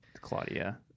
Claudia